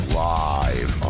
live